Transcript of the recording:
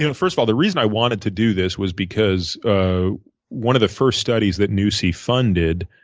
you know first of all, the reason i wanted to do this was because ah one of the first studies that nusi funded